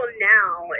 now